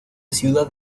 ciudad